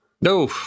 No